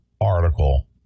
article